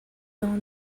dans